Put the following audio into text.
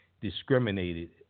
discriminated